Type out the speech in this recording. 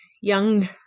young